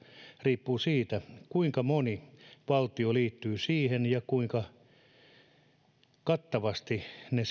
riippuvat siitä kuinka moni valtio liittyy siihen ja kuinka kattavasti ne